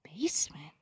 basement